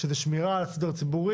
שזה שמירה על הסדר הציבורי,